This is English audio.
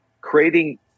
creating